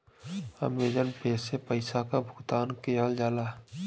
Amazon Pay से पइसा क भुगतान किहल जाला